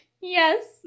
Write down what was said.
Yes